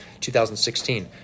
2016